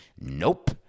Nope